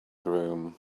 groom